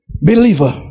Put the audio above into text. believer